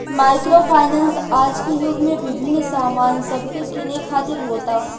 micro finance आज के युग में विभिन्न सामान सब के किने खातिर होता